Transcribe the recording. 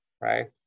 right